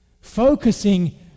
Focusing